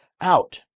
out